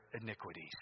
iniquities